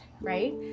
right